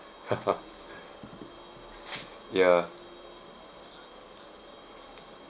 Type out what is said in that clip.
ya